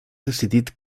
decidit